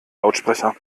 lautsprecher